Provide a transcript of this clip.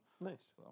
Nice